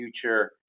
future